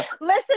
listen